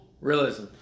Realism